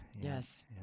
Yes